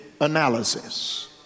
analysis